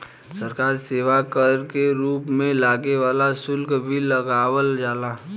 सरकार सेवा कर के रूप में लागे वाला शुल्क भी लगावल जाला